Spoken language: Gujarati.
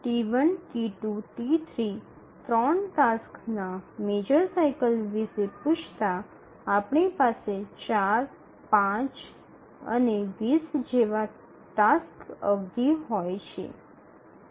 T1 T2 T3 ૩ ટાસક્સના મેજર સાઇકલ વિશે પૂછતાં આપણી પાસે ૪ ૫ અને ૨0 જેવા ટાસ્ક અવધિ હોય છે